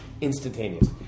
instantaneous